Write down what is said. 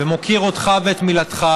ומוקיר אותך ואת מילתך,